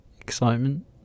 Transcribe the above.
excitement